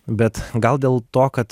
bet gal dėl to kad